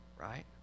right